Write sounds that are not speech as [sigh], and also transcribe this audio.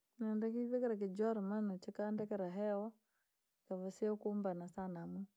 Neenda kuivikira kijoora, maana chookuundetera hewa, ikavaa si ukumbana sana. [hesitation]